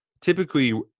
typically